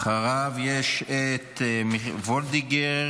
אחריו יש את וולדיגר,